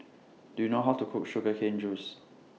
Do YOU know How to Cook Sugar Cane Juice